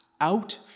out